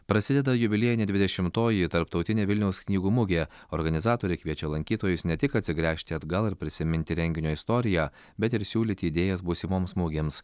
prasideda jubiliejinė dvidešimtoji tarptautinė vilniaus knygų mugė organizatoriai kviečia lankytojus ne tik atsigręžti atgal ir prisiminti renginio istoriją bet ir siūlyti idėjas būsimoms mugėms